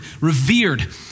revered